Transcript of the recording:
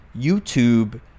YouTube